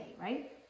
right